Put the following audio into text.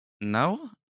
No